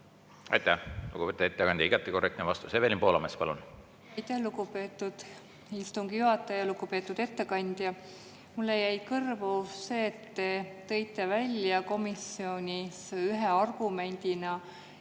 Aitäh, lugupeetud ettekandja! Igati korrektne vastus. Evelin Poolamets, palun! Aitäh, lugupeetud istungi juhataja! Lugupeetud ettekandja! Mulle jäi kõrvu see: te tõite välja komisjonis ühe argumendina, et